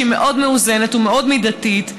היא מאוד מאוזנת ומאוד מידתית,